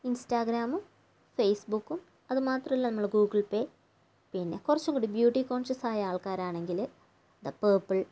ഇൻസ്റ്റഗ്രാമും ഫേസ്ബുക്കും അതുമാത്രമല്ല നമ്മൾ ഗൂഗിൾ പേ പിന്നെ കുറച്ചും കൂടി ബ്യുട്ടി കോൺഷ്യസ് ആയ ആൾക്കാരാണെങ്കിൽ പർപ്പിൾ